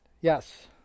Yes